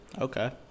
Okay